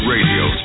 Radio